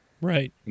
Right